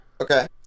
Okay